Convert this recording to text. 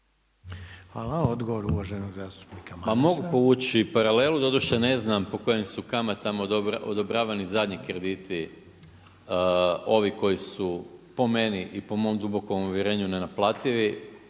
Hvala. Odgovor uvaženog zastupnika